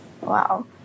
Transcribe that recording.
wow